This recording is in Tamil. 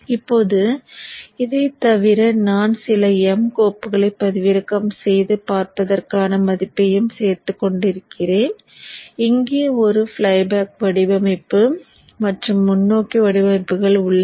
இப்போது இதைத் தவிர நான் சில m கோப்புகளைப் பதிவிறக்கம் செய்து பார்ப்பதற்கான மதிப்பையும் சேர்த்துக் கொண்டிருக்கிறேன் இங்கே ஒரு ஃப்ளைபேக் வடிவமைப்பு மற்றும் முன்னோக்கி வடிவமைப்புகள் உள்ளன